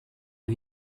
and